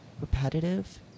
Repetitive